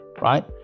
right